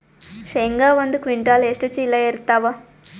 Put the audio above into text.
ಶೇಂಗಾ ಒಂದ ಕ್ವಿಂಟಾಲ್ ಎಷ್ಟ ಚೀಲ ಎರತ್ತಾವಾ?